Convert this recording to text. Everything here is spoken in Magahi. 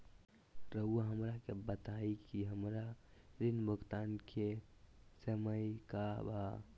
रहुआ हमरा के बताइं कि हमरा ऋण भुगतान के समय का बा?